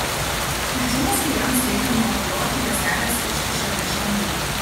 išdžiūvus klijams reikia nuobliuoti juostelės iškyšą virš lentų